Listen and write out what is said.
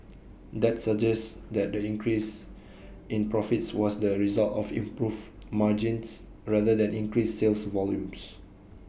that suggests that the increase in profits was the result of improved margins rather than increased sales volumes